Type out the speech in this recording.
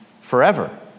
forever